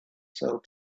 sell